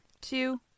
two